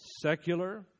secular